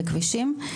לכבישים,